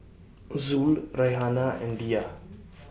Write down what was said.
Zul Raihana and Dhia